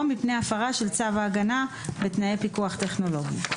מפני הפרה של צו ההגנה בתנאי פיקוח טכנולוגי,